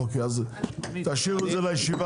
אני מקווה להיות, אבל אני רוצה להגיד מילה